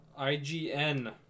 ign